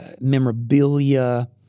memorabilia